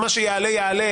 ומה שיעלה יעלה.